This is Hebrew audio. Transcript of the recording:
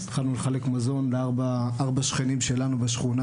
התחלנו לחלק מזון לארבע שכנים שלנו בשכונה